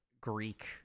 Greek